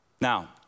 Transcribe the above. Now